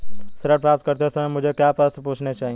ऋण प्राप्त करते समय मुझे क्या प्रश्न पूछने चाहिए?